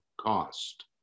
cost